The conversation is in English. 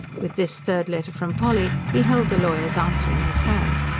with this third letter from polly, he held the lawyer's answer in his hand.